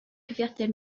cyfrifiadur